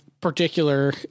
particular